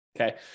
okay